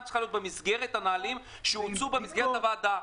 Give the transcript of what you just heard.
צריכה להיות במסגרת הנהלים שהוצעו במסגרת הוועדה.